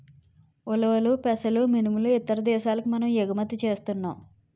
ఉలవలు పెసలు మినుములు ఇతర దేశాలకు మనము ఎగుమతి సేస్తన్నాం